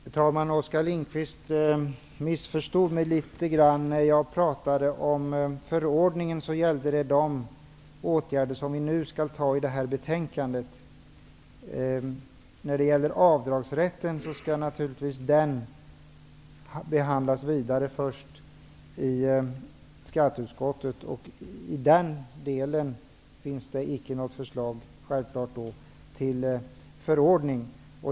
Herr talman! Oskar Lindkvist missförstod mig. När jag pratade om förordningen gällde det åtgärderna i det betänkande som vi nu skall anta. Avdragsrätten skall naturligtvis behandlas vidare -- först i skatteutskottet -- och i den delen finns det självfallet icke något förslag till förordning.